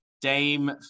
Dame